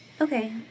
okay